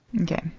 Okay